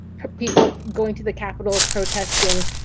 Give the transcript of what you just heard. people going to the capitol protesting